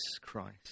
Christ